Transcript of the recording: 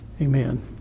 Amen